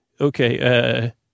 Okay